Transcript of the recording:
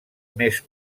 més